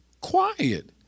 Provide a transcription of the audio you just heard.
quiet